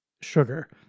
sugar